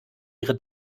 ihre